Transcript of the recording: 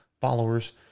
followers